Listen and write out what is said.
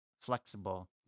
flexible